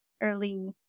early